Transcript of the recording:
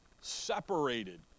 separated